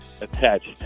attached